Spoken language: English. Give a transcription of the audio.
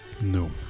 No